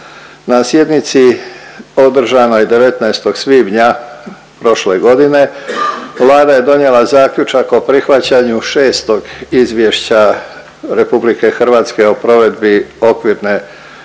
Na sjednici održanoj 19. svibnja prošle godine Vlada je donijela zaključak o prihvaćanju 6. Izvješća RH o provedbi Okvirne